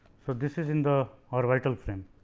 so, this is in the orbital frame